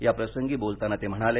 याप्रसंगी बोलताना ते म्हणाले